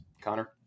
Connor